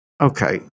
okay